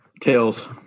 Tails